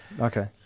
okay